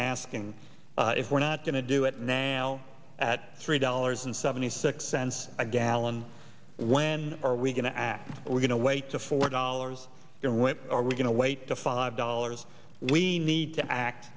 asking if we're not going to do it now at three dollars and seventy six cents a gallon when are we going to act we're going to wait to four dollars when are we going to wait to five dollars we need to act